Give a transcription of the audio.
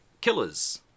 Killers